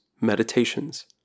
Meditations